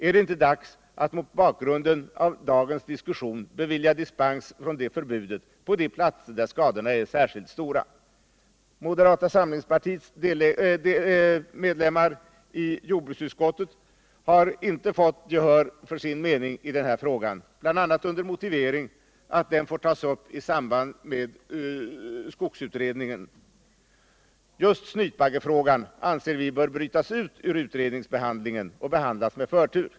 Är det inte dags att — mot bakgrund av dagens diskussion — bevilja dispens från det förbudet på de platser där skadorna är särskilt stora? Moderata samlingspartiets ledamöter i jordbruksutskottet har inte fått gehör för sin mening i den här frågan, bl.a. med motiveringen att den får tas upp i samband med skogsutredningen. Just snytbaggefrågan anser vi emellertid bör brytas ut ur behandlingen av utredningen och ges förtur.